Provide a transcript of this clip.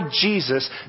Jesus